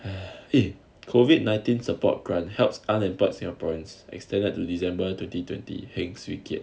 !huh! and COVID nineteen support grant helps unemployed singaporeans extended to december twenty twenty heng swee keat